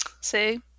See